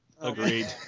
Agreed